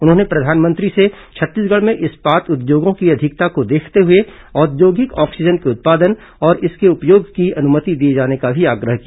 उन्होंने प्रधानमंत्री से छत्तीसगढ़ में इस्पात उद्योगों की अधिकता को देखते हुए औद्योगिक ऑक्सीजन के उत्पादन और उसके उपयोग की अनुमति दिए जाने का भी आग्रह किया